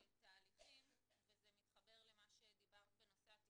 תהליכים וזה מתחבר למה שדיברת בנושא התקצוב.